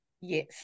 Yes